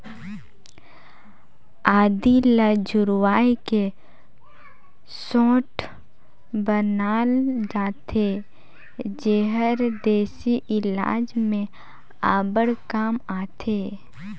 आदी ल झुरवाए के सोंठ बनाल जाथे जेहर देसी इलाज में अब्बड़ काम आथे